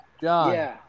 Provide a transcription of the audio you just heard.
John